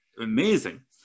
amazing